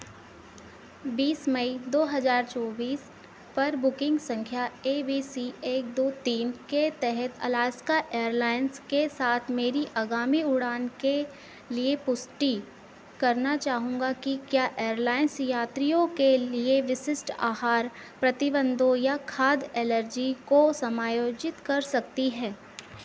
बीस मई दो हज़ार चौबीस पर बुकिंग संख्या ए बी सी एक दो तीन के तहत अलास्का एयरलाइंस के साथ मेरी आगामी उड़ान के लिए पुष्टि करना चाहूँगा कि क्या एयरलाइन्स यात्रियों के लिए विशिष्ट आहार प्रतिबंधों या खाद्य एलर्जी को समायोजित कर सकती है